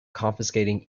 confiscating